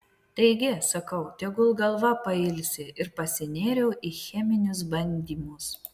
taigi sakau tegul galva pailsi ir pasinėriau į cheminius bandymus